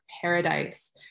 Paradise